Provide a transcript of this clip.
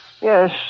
Yes